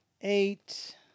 eight